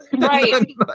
Right